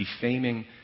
defaming